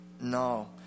no